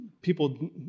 People